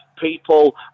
People